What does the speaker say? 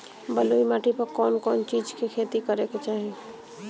बलुई माटी पर कउन कउन चिज के खेती करे के चाही?